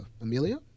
Amelia